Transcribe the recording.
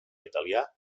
italià